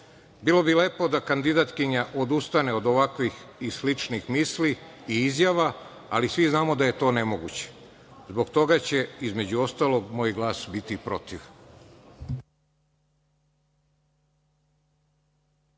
njih. Bilo bi lepo da kandidatkinja odustane od ovakvih i sličnih misli i izjava, ali svi znamo da je to nemoguće. Zbog toga će, između ostalog, moj glas biti protiv.